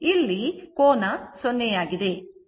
ಇಲ್ಲಿ ಕೋನ 0 ಆಗಿದೆ